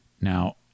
Now